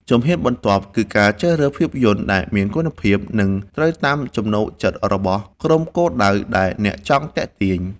ជំហានបន្ទាប់ គឺការជ្រើសរើសភាពយន្តដែលមានគុណភាព និងត្រូវតាមចំណូលចិត្តរបស់ក្រុមគោលដៅដែលអ្នកចង់ទាក់ទាញ។